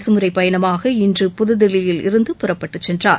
அரசுமுறைப் பயணமாக இன்று புதுதில்லியில் இருந்து புறப்பட்டு சென்றார்